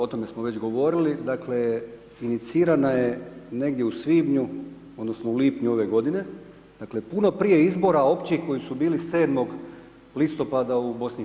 O tome smo već govorili, dakle, inicirana je negdje u svibnju, odnosno lipnju ove godine, dakle puno prije izbora općih koji su bili 7. listopada u BiH.